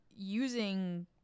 using